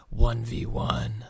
1v1